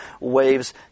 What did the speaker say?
Waves